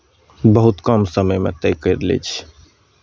बहुत कम समयमे तय करि लैत छी